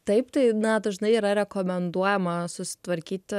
taip tai na dažnai yra rekomenduojama susitvarkyti